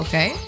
Okay